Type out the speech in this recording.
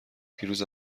دیروز